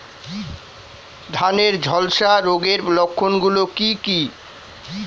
ধানের ঝলসা রোগের লক্ষণগুলি কি কি?